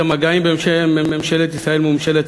את המגעים בשם ממשלת ישראל מול ממשלת